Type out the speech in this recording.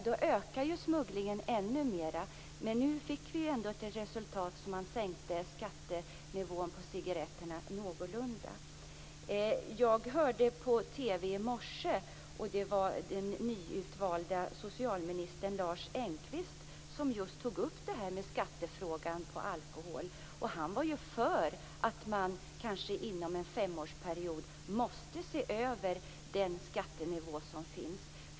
Då ökar smugglingen ännu mer. Nu fick vi ett resultat med en sänkning av skattenivån på cigaretterna. Jag lyssnade på TV i morse. Den nyutnämnde socialministern Lars Engqvist tog upp frågan om skatt på alkohol. Han var för att inom en femårsperiod se över den skattenivå som finns.